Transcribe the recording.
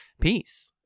Peace